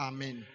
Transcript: Amen